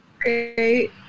great